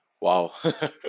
Wow